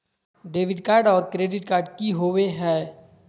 Debit card और credit card की होवे हय?